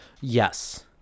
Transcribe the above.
Yes